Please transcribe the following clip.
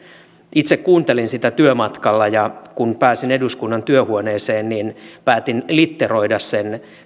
itse kuuntelin sitä työmatkalla ja kun pääsin eduskunnan työhuoneeseen niin päätin litteroida sen